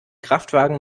kraftwagen